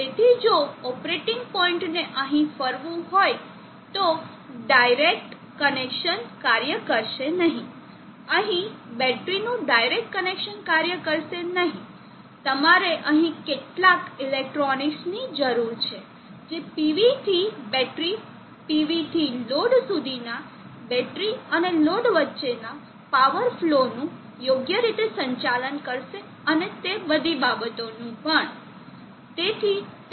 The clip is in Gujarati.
તેથી જો ઓપરેટિંગ પોઇન્ટને અહીં ફરવું હોય તો ડાયરેક્ટ કનેક્શન કાર્ય કરશે નહીં અહીં બેટરીનું ડાયરેક્ટ કનેક્શન કાર્ય કરશે નહીં તમારે અહીં કેટલાક ઇલેક્ટ્રોનિક્સ ની જરૂરી છે જે PV થી બેટરી PV થી લોડ સુધીના બેટરી અને લોડ વચ્ચેના પાવર ફ્લોનું યોગ્ય રીતે સંચાલન કરશે અને તે બધી બાબતોનું